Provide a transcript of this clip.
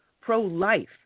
pro-life